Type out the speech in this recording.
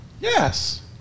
Yes